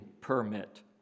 permit